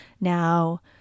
Now